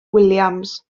williams